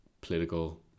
political